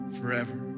forever